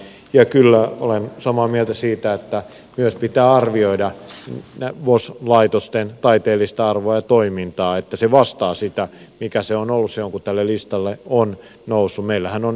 ja kyllä olen samaa mieltä siitä että myös pitää arvioida vos laitosten taiteellista arvoa ja toimintaa että se vastaa sitä mikä se on ollut silloin kun tälle listalle on noussut